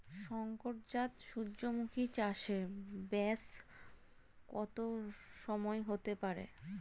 শংকর জাত সূর্যমুখী চাসে ব্যাস কত সময় হতে পারে?